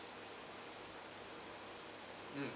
mm